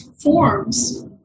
forms